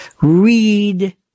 Read